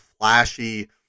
flashy